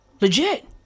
Legit